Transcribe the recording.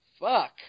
fuck